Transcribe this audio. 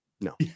no